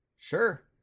Sure